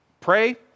Pray